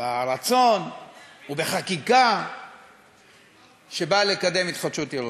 ברצון ובחקיקה שבאה לקדם התחדשות עירונית.